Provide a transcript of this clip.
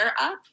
up